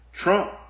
Trump